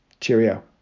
Cheerio